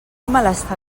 malestar